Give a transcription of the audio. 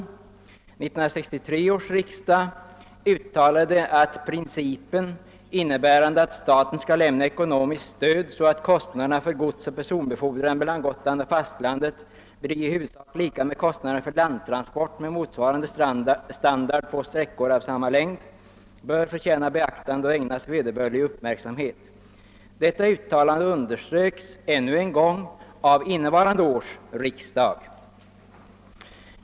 1963 års riksdag uttalade att principen, att staten skall lämna ekonomiskt stöd så att kostnaderna för godsoch personbefordran mellan Gotland och fastlandet blir i huvudsak desamma som kostnaderna för landtransport med motsvarande trafikstandard på sträckor av samma längd, bör förtjäna beaktande och ägnas vederbörlig uppmärksamhet. Detta underströks av innevarande års riksdag.